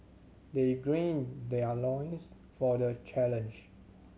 they green their loins for the challenge